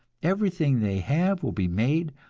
everything they have will be made,